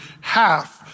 half